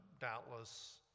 doubtless